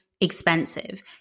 expensive